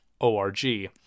O-R-G